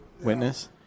witness